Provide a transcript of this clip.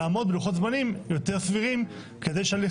לעמוד בלוחות זמנים יותר סבירים כדי שהליך